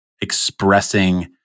expressing